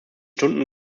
stunden